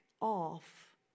off